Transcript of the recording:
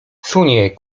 sunie